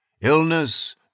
Illness